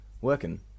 working